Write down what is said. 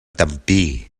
tampi